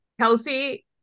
Kelsey